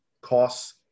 Costs